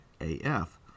AF